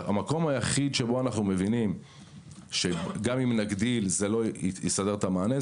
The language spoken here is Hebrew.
המקום היחיד שבו אנחנו מבינים שגם אם נגדיל זה לא יסדר את המענה,